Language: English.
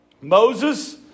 Moses